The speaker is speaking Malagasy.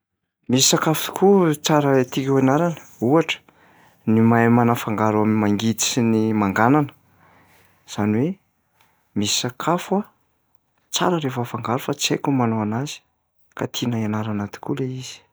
Misy sakafo koa tsara tiako hianarana ohatra ny mahay manafangaro am'mangidy sy ny manganana. Zany hoe misy sakafo a, tsara rehefa afangaro fa tsy haiko ny manao anazy ka tiana hianarana tokoa lay izy.